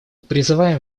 призываем